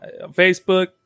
facebook